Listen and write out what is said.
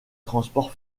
transport